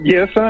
Yes